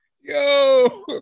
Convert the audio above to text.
Yo